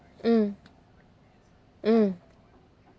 mm mm